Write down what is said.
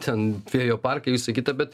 ten vėjo parkai visa kita bet